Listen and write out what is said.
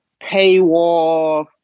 paywall